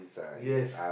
yes